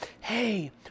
hey